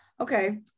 okay